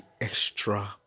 extra